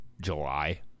July